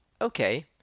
okay